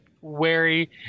wary